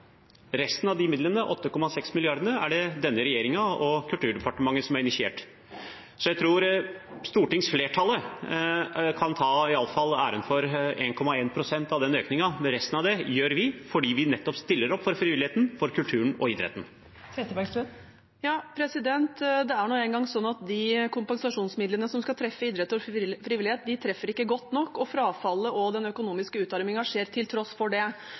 Resten av de midlene, 8,6 mrd. kr, er det denne regjeringen og Kulturdepartementet som har initiert. Så jeg tror stortingsflertallet kan ta æren for 1,1 pst. av den økningen. Resten av det gjør vi, fordi vi nettopp stiller opp for frivilligheten, for kulturen og for idretten. Det blir oppfølgingsspørsmål – først Anette Trettebergstuen. Det er nå engang sånn at de kompensasjonsmidlene som skal treffe idrett og frivillighet, ikke treffer godt nok, og frafallet og den økonomiske utarmingen skjer til tross for det.